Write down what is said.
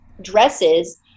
dresses